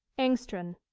engstrand.